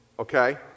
Okay